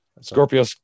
Scorpio